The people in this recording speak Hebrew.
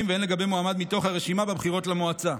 והן לגבי מועמד מתוך הרשימה בבחירות למועצה.